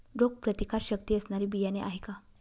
रोगप्रतिकारशक्ती असणारी बियाणे आहे का?